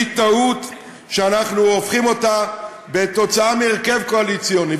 היא טעות שאנחנו הופכים אותה כתוצאה מהרכב קואליציוני.